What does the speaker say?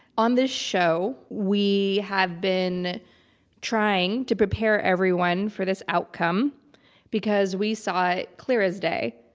on this show, we have been trying to prepare everyone for this outcome because we saw it clear as day.